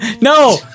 no